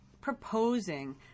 proposing